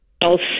else